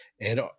And-